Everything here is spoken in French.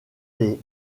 des